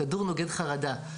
כדור נוגד חרדה.